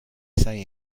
say